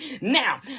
Now